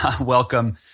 welcome